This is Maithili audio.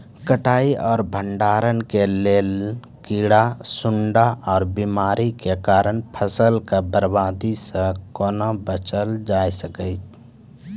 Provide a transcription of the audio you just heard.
कटाई आर भंडारण के लेल कीड़ा, सूड़ा आर बीमारियों के कारण फसलक बर्बादी सॅ कूना बचेल जाय सकै ये?